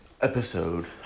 episode